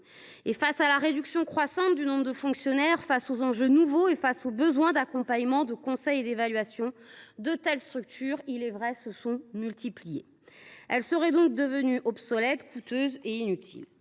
Face à la réduction croissante du nombre de fonctionnaires, aux enjeux nouveaux et au besoin d’accompagnement, de conseil et d’évaluation, de telles structures se sont, il est vrai, multipliées. Elles seraient désormais obsolètes, coûteuses et inutiles.